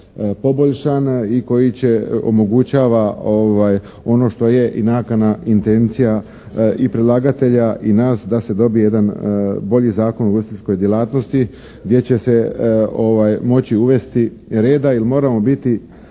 poboljšan i koji će, omogućava ono što je i nakana, intencija i predlagatelja i nas da se dobije jedan bolji Zakon o ugostiteljskoj djelatnosti gdje će se moći uvesti reda. Jer moramo biti